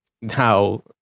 now